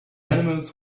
animals